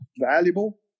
valuable